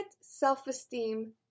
self-esteem